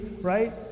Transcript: right